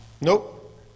Nope